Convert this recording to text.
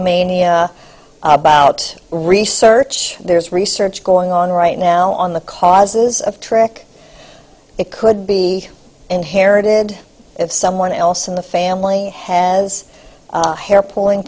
me about research there's research going on right now on the causes of trick it could be inherited if someone else in the family has hair pulling